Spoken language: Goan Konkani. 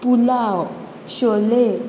पुलाव शोले